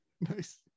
Nice